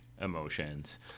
emotions